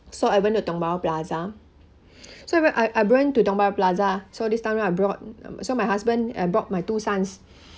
so I went to tiong bahru plaza so when I I went to tiong bahru plaza so this time round I brought so my husband brought my two sons